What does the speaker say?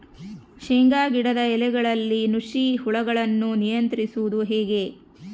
ಶೇಂಗಾ ಗಿಡದ ಎಲೆಗಳಲ್ಲಿ ನುಷಿ ಹುಳುಗಳನ್ನು ನಿಯಂತ್ರಿಸುವುದು ಹೇಗೆ?